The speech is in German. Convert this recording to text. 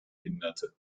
hinderte